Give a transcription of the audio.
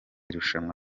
rushanwa